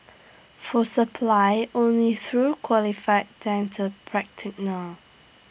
for supply only through qualified dental